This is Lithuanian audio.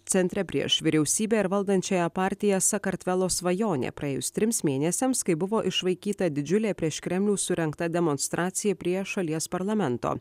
centre prieš vyriausybę ir valdančiąją partiją sakartvelo svajonė praėjus trims mėnesiams kai buvo išvaikyta didžiulė prieš kremlių surengta demonstracija prie šalies parlamento